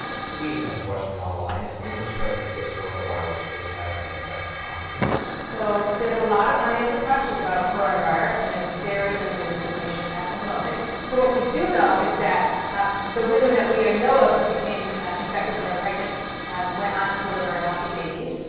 steve has a question and online. if a woman is pregnant and gets coronavirus, will this have an effect on her fetus? so there's a lot of unanswered questions about coronavirus, and there's very limited information at the moment so what we do know is that the women that we ah know of who became infected when they're pregnant went on to deliver healthy babies,